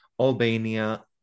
Albania